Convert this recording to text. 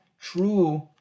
true